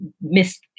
miss